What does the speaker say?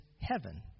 heaven